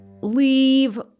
leave